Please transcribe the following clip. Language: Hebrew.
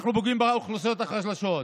אנחנו פוגעים באוכלוסיות החלשות,